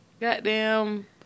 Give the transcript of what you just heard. Goddamn